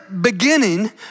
beginning